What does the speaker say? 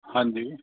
ਹਾਂਜੀ